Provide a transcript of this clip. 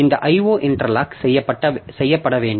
இந்த IO interlock செய்யப்பட வேண்டும்